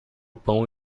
pão